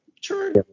true